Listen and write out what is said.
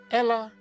Ella